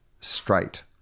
straight